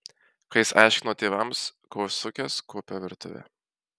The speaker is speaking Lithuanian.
kai jis aiškino tėvams ko užsukęs kuopiau virtuvę